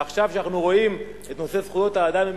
ועכשיו כשאנחנו רואים את נושא זכויות האדם,